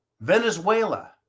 Venezuela